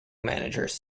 managers